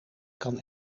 kan